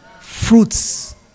fruits